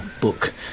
Book